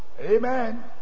Amen